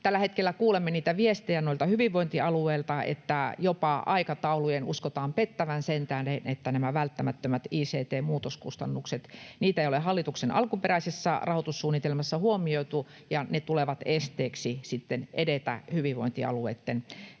Tällä hetkellä kuulemme viestejä hyvinvointialueilta, että jopa aikataulujen uskotaan pettävän sen tähden, että näitä välttämättömiä ict-muutoskustannuksia ei ole hallituksen alkuperäisessä rahoitussuunnitelmassa huomioitu, ja ne tulevat esteeksi sitten edetessä hyvinvointialueitten